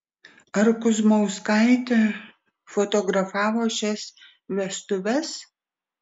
ar kuzmauskaitė fotografavo šias vestuves